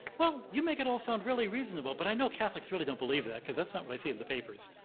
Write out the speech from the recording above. well, you make it all sound really reasonable, but i know catholics really don't believe that because that's not what i see in the papers.